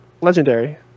legendary